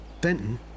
Benton